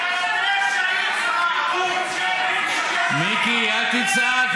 אותי, מיקי, אל תצעק.